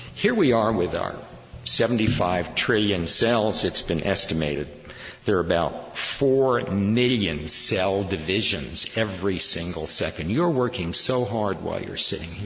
here we are with our seventy five trillion cells. it's been estimated there are about four and million cell divisions every single second. you're working so hard while you're sitting